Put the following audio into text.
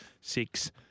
six